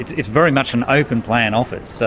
it's it's very much an open plan office,